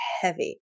heavy